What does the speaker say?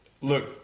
look